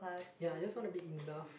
ya I just want to be enough